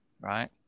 right